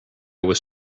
was